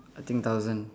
I think thousand